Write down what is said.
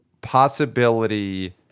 possibility